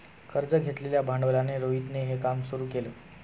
कर्ज घेतलेल्या भांडवलाने रोहितने हे काम सुरू केल